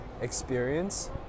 experience